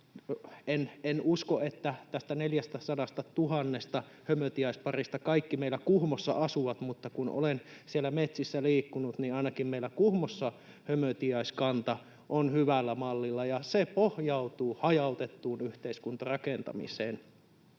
En usko, että näistä 400 000 hömötiaisparista kaikki meillä Kuhmossa asuvat, mutta kun olen siellä metsissä liikkunut, niin ainakin meillä Kuhmossa hömötiaiskanta on hyvällä mallilla, ja se pohjautuu hajautettuun yhteiskuntarakentamiseen.